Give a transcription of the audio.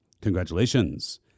Congratulations